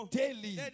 daily